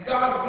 God